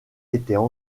étaient